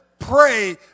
Pray